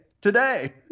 today